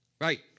Right